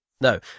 no